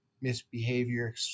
misbehavior